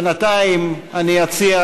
בינתיים אציע